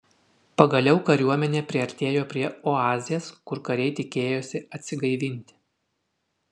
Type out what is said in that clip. pagaliau kariuomenė priartėjo prie oazės kur kariai tikėjosi atsigaivinti